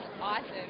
awesome